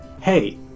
hey